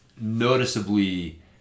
noticeably